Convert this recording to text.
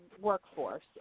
workforce